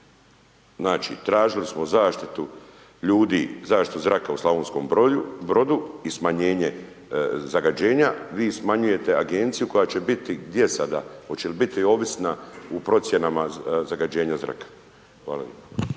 Znači, tražili smo zaštitu ljudi, zaštitu zraka u Slavonskom Brodu i smanjenje zagađenja, vi smanjujete Agenciju koja će biti gdje sada?, hoće li biti ovisna u procjenama zagađenja zraka? Hvala